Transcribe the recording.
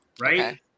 right